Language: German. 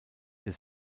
der